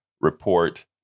report